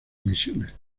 emisiones